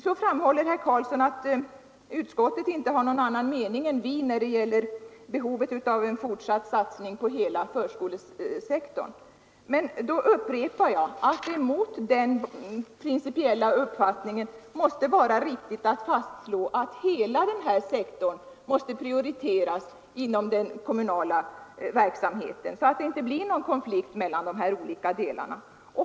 Så framhåller herr Karlsson att utskottet inte har någon annan mening än vi när det gäller behovet av en fortsatt satsning på hela förskolesektorn. Men då upprepar jag att det är riktigt att fastslå att hela den här sektorn måste prioriteras inom den kommunala verksamheten, så att det inte blir någon konflikt mellan dessa olika delar.